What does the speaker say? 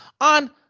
on